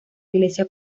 iglesia